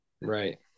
right